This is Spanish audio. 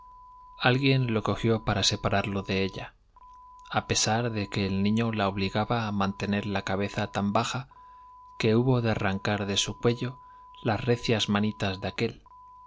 alguien lo cogió para separarlo de ella a pesar de que el niño la obligaba a mantener la cabeza tan baja que hubo que arrancar de su cuello las recias mónitas de aquél